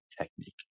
technique